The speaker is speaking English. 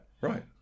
right